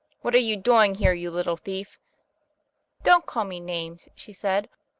what are you doing here, you little thief don't call me names she said,